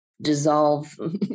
dissolve